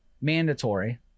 mandatory